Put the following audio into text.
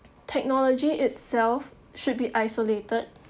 technology itself should be isolated